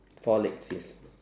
four legs yes